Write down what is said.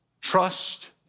trust